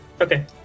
Okay